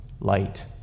Light